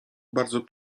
bardzo